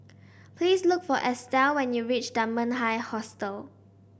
please look for Estell when you reach Dunman High Hostel